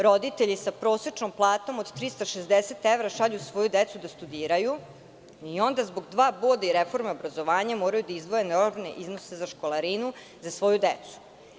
Roditelji sa prosečnom platom od 360 evra šalju svoju decu da studiraju, i onda zbog dva boda i reforme obrazovanja moraju da izdvoje enormne iznose za školarinu za svoju decu.